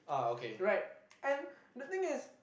right and the thing is